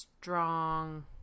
strong